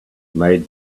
made